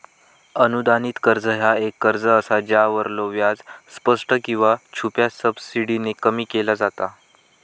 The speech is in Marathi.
अनुदानित कर्ज ह्या एक कर्ज असा ज्यावरलो व्याज स्पष्ट किंवा छुप्या सबसिडीने कमी केला जाता